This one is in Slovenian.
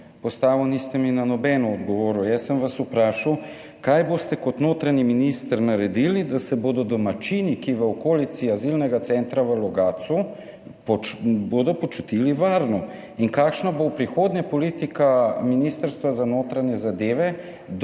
niste mi na nobeno odgovorili. Jaz sem vas vprašal, kaj boste kot notranji minister naredili, da se bodo domačini v okolici azilnega centra v Logatcu počutili varno, in kakšna bo v prihodnje politika Ministrstva za notranje zadeve do takih